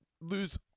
lose